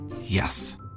Yes